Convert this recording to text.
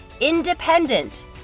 independent